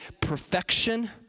perfection